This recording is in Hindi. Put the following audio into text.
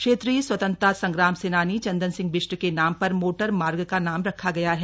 क्षेत्रीय स्वतंत्रता संग्राम सेनानी चन्दन सिंह बिष्ट के नाम पर मोटरमार्ग का नाम रखा गया है